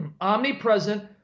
omnipresent